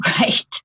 right